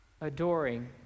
adoring